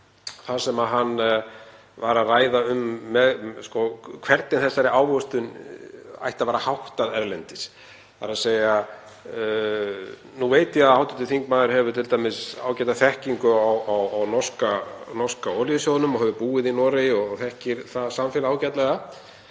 það sem hann var að ræða um, hvernig þessari ávöxtun ætti að vera háttað erlendis. Nú veit ég að hv. þingmaður hefur t.d. ágæta þekkingu á norska olíusjóðnum og hefur búið í Noregi og þekkir það samfélag ágætlega.